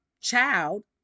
child